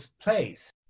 place